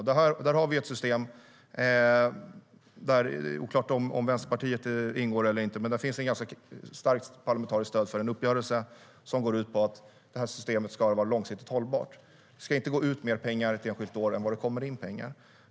Där har vi ett system som det är oklart om Vänsterpartiet stöder eller inte. Men det finns ett ganska starkt parlamentariskt stöd för en uppgörelse som går ut på att systemet ska vara långsiktigt hållbart. Det ska inte gå ut mer pengar ett enskilt år än det kommer in pengar.